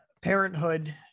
parenthood